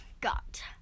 got